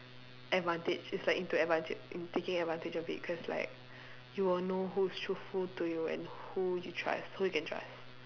advantage is like into advant~ in taking advantage of it cause like you will know who is truthful to you and who you trust who you can trust